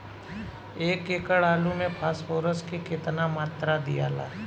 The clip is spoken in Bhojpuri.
एक एकड़ आलू मे फास्फोरस के केतना मात्रा दियाला?